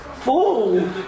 fool